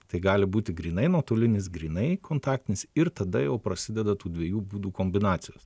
tai gali būti grynai nuotolinis grynai kontaktinis ir tada jau prasideda tų dviejų būdų kombinacijos